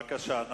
בבקשה.